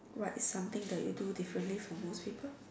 what is something that you do differently from most people